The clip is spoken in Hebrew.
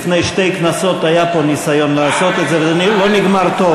לפני שתי כנסות היה פה ניסיון לעשות את זה וזה לא נגמר טוב.